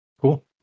cool